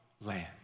land